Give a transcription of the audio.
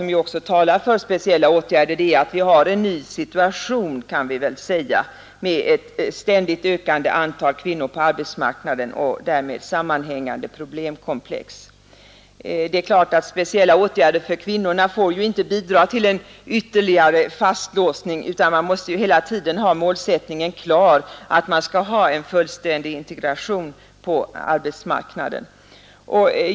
För speciella åtgärder talar också att vi har en ny situation med ett ständigt ökande antal kvinnor på arbetsmarknaden och därmed sammanhängande problem. Det är klart att speciella åtgärder för kvinnorna inte får bidra till en ytterligare fastlåsning, utan man måste hela tiden ha målsättningen klar — att vi skall ha en fullständig integration på arbetsmarknaden.